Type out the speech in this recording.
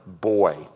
boy